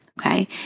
Okay